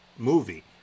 movie